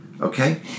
okay